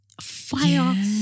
fire